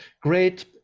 great